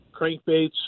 crankbaits